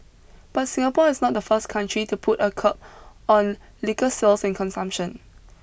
but Singapore is not the first country to put a curb on liquor sales and consumption